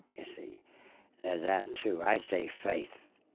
you see? there's that, too. i say faith.